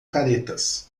caretas